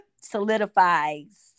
solidifies